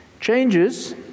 Changes